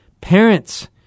parents